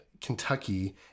Kentucky